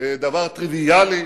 דבר טריוויאלי,